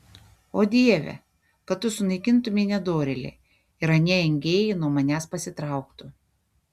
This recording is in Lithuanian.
o dieve kad tu sunaikintumei nedorėlį ir anie engėjai nuo manęs pasitrauktų